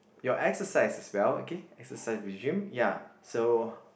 your exercise as well okay exercise with gym ya so